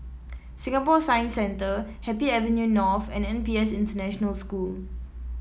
Singapore Science Centre Happy Avenue North and N P S International School